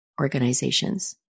organizations